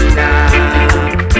now